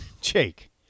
Jake